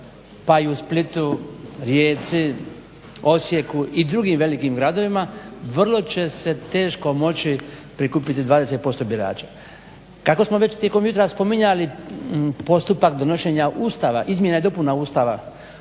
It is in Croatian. pa i u Splitu, Rijeci, Osijeku i drugim velikim gradovima vrlo će se teško moći prikupiti 20% birača. Kako smo već tijekom jutra spominjali postupak donošenja Ustava, izmjena i dopuna Ustava